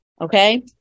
okay